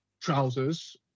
trousers